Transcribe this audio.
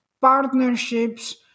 partnerships